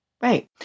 right